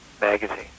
Magazine